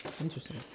Interesting